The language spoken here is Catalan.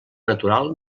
natural